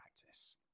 practice